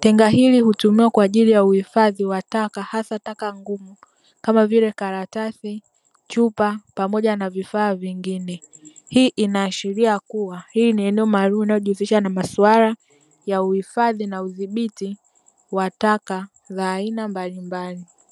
tenga hili hutumiwa kwa ajili ya uhifadhi wa taka hasa taka kuu kama vile karatasi, chupa pamoja na vifaa vingine. Hii inaashiria kuwa hili ni eneo maalumu linalojihusisha maswala ya uhifadhi na udhibiti wa taka za aina mbalimbali,